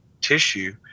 tissue